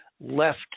left